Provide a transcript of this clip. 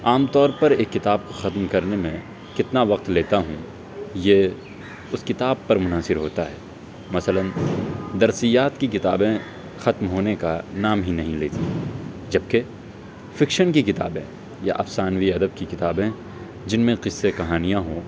عام طور پر ایک کتاب ختم کرنے میں کتنا وقت لیتا ہوں یہ اس کتاب پر منحصر ہوتا ہے مثلاً درسیات کی کتابیں ختم ہونے کا نام ہی نہیں لیتیں جبکہ فکشن کی کتابیں یا افسانوی ادب کی کتابیں جن میں قصے کہانیاں ہوں